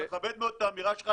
אני מכבד מאוד את האמירה שלך,